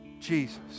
Jesus